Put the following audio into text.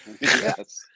Yes